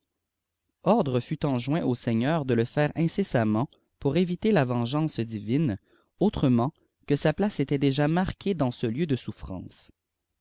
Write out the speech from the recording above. ordre fut enjoint au seigneur de lé faire incessamment pour éviter la vengeance divine autrement y que sa place était déjà marquée dans ce heu de souffrance